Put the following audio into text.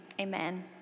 amen